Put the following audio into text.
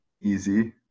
easy